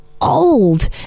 old